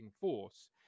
force